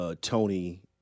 Tony